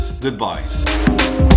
goodbye